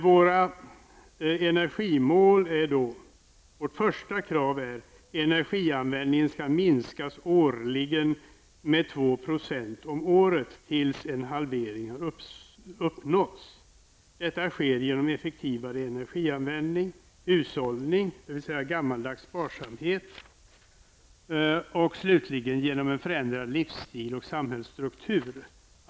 Vårt första krav är då att energianvändningen skall minska med 2 % om året tills en halvering uppnåtts. Detta sker genom effektivare energianvändning, hushållning, dvs. gammaldags sparsamhet, samt slutligen genom förändrad livsstil och samhällsstruktur.